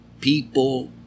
people